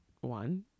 one